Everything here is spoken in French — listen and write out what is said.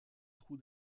trou